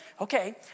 okay